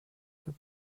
the